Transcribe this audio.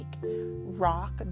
rock